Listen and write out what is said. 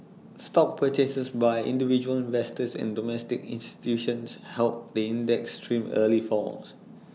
stock purchases by individual investors and domestic institutions helped the index trim early falls